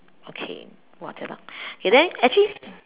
okay !wah! jialat okay then actually